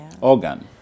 organ